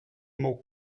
mot